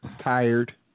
tired